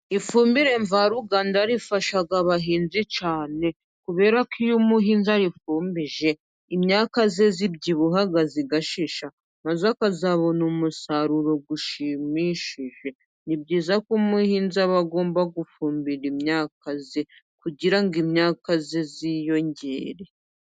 Ifumbire mvaruganda ifasha abahinzi cyane， kubera ko iyo umuhinzi ayifumbije， imyaka ye irabyibuha igashisha，na we akazabona umusaruro ushimishije，ni byiza ko umuhinzi aba agomba gufumbira imyaka ye， kugira ngo imyaka ye yiyongere.